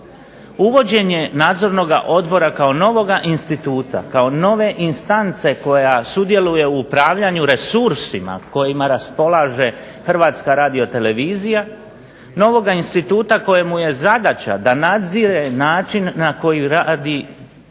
Uvođenje Nadzornoga odbora kao novoga instituta, kao nove instance koja sudjeluje u upravljanju resursima kojima raspolaže Hrvatska radiotelevizija, novoga instituta kojemu je zadaća da nadzire način na koji radi Ravnateljstvo